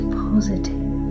positive